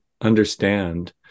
understand